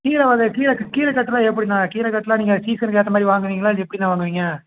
கீரை வகை கீரை கீரை கட்டு எல்லாம் எப்படிண்ணா கீரை கட்டுலாம் நீங்கள் சீசனுக்கு ஏற்ற மாதிரி வாங்குவீங்களா இல்லை எப்படிண்ணா வாங்குவீங்க